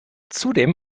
zudem